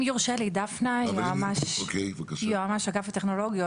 לא גילינו לא את אמריקה ולא את אירופה.